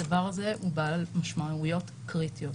הדבר הזה הוא בעל משמעויות קריטיות,